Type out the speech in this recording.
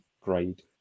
grade